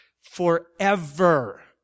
forever